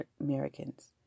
Americans